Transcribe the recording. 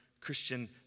christian